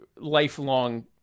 lifelong